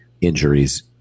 injuries